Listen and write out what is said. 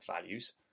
values